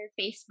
Facebook